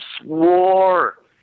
swore